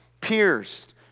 pierced